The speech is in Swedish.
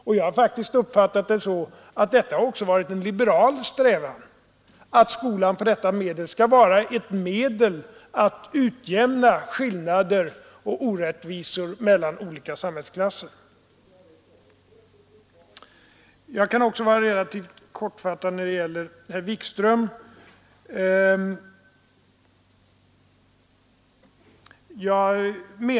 Och jag har faktiskt uppfattat det så att detta också varit en liberal strävan, att skolan på det här sättet skall vara ett medel att utjämna skillnader och orättvisor mellan olika samhällsklasser. Jag kan också vara relativt kortfattad i fråga om herr Wikström.